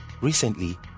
Recently